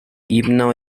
himno